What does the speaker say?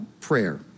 prayer